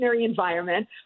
environment